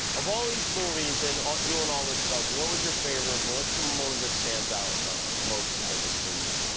of all these movies, and doing all this stuff, what was your favorite? what's the moment that stands out most brightly for you?